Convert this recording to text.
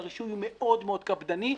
והרישוי מאוד מאוד קפדני.